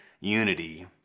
unity